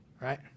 right